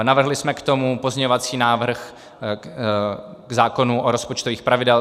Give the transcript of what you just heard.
Navrhli jsme k tomu pozměňovací návrh k zákonu o rozpočtových pravidlech.